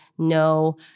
No